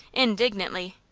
indignantly.